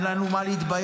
אין לנו מה להתבייש.